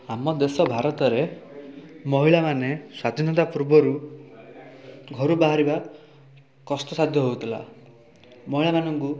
ଆମ ଦେଶ ଭାରତରେ ମହିଳାମାନେ ସ୍ୱାଧୀନତା ପୂର୍ବରୁ ଘରୁ ବାହାରିବା କଷ୍ଟସାଧ୍ୟ ହେଉଥିଲା ମହିଳାମାନଙ୍କୁ